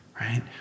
Right